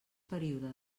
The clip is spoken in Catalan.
període